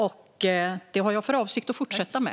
Detta har jag för avsikt att fortsätta med.